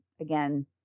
again